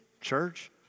church